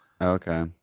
Okay